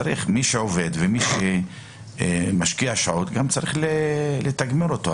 מי שעובד ומי שמשקיע שעות צריך לתגמל אותו.